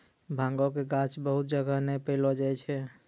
भांगक गाछ बहुत जगह नै पैलो जाय छै